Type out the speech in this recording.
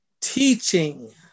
teaching